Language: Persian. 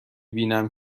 بینم